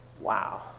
wow